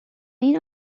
این